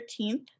13th